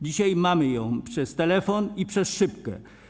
Dzisiaj mamy ją przez telefon i przez szybkę.